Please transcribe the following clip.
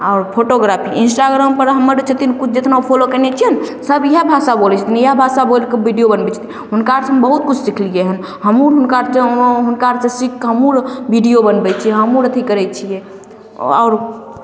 आओर फोटोग्राफी इन्स्टाग्रामपर हमर छथिन कुल जितना फोलो कयने छियनि सब इएह भाषा बोलय छथिन इएए भाषा बोलिके वीडियो बनबय छथिन हुनका अरसँ हम बहुत किछु सिखलियै हन हमहुँ हुनका हुनका अरसँ सीखके हमहुँ वीडियो बनबय छियै हमहुँ अर अथी करय छियै आओर